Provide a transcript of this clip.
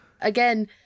again